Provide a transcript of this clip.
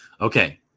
Okay